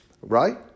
Right